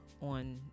on